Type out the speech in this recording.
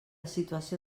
situació